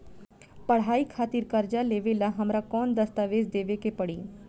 पढ़ाई खातिर कर्जा लेवेला हमरा कौन दस्तावेज़ देवे के पड़ी?